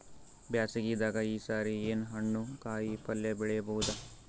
ಬ್ಯಾಸಗಿ ದಾಗ ಈ ಸರಿ ಏನ್ ಹಣ್ಣು, ಕಾಯಿ ಪಲ್ಯ ಬೆಳಿ ಬಹುದ?